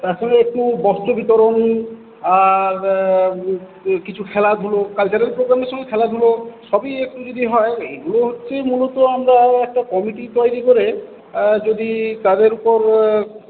আসলে একটু বস্ত্র বিতরণ কিছু খেলাধুলো কালচারাল প্রোগ্রামের সঙ্গে খেলাধুলো সবই একটু যদি হয় এগুলো হচ্ছে মূলত আমরা একটা কমিটি তৈরি করে যদি তাদের উপর